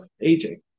aging